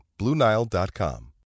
BlueNile.com